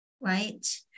right